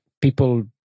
people